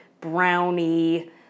brownie